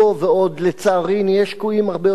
ולצערי נהיה שקועים בו הרבה יותר עמוק,